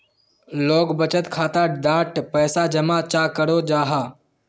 लोग बचत खाता डात पैसा जमा चाँ करो जाहा?